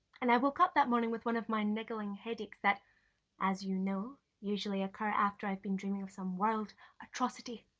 and i woke up that morning with one of my niggling headaches that as you know, usually occur after i've been dreaming of some world atrocity.